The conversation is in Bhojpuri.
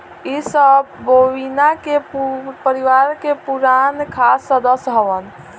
इ सब बोविना के परिवार के खास पुराना सदस्य हवन